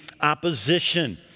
opposition